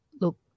look